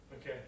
Okay